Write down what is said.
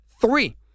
Three